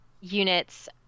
units